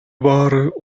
баары